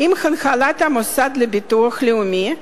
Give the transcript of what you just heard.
עם הנהלת המוסד לביטוח לאומי.